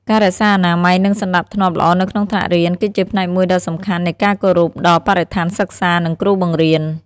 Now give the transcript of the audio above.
ការរក្សាអនាម័យ និងសណ្ដាប់ធ្នាប់ល្អនៅក្នុងថ្នាក់រៀន គឺជាផ្នែកមួយដ៏សំខាន់នៃការគោរពដល់បរិស្ថានសិក្សា និងគ្រូបង្រៀន។